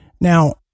Now